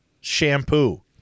shampoo